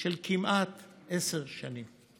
של כמעט עשר שנים.